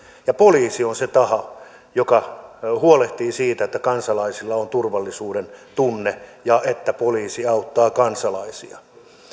poliisi on se taho joka huolehtii siitä että kansalaisilla on turvallisuudentunne ja että poliisi auttaa kansalaisia